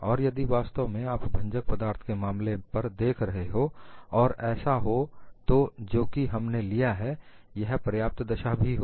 और यदि वास्तव में आप भंजक पदार्थ के मामले पर देख रहे हो और ऐसा हो तो जो कि हमने लिया है यह पर्याप्त दशा भी हो